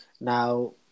Now